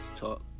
talk